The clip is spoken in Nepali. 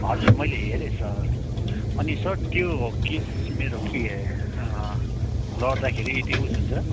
हजुर मैले हेरेँ सर अनि सर त्यो केस मेरो के लड्दाखेरि त्यो उयो हुन्छ